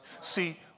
See